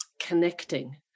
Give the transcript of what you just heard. connecting